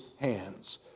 hands